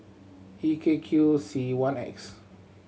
E K Q C one X